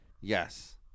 yes